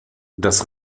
das